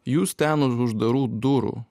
jūs ten už uždarų durų